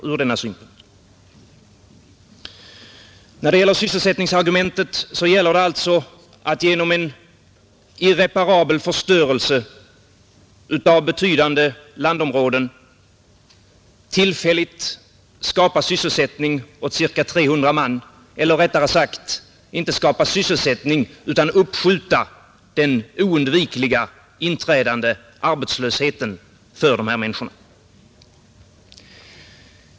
Vad beträffar sysselsättningsargumentet gäller det alltså att genom en irreparabel förstörelse av betydande landområden tillfälligt skapa sysselsättning åt ca 300 man eller rättare sagt att uppskjuta den oundvikligen inträdande arbetslösheten för dessa människor.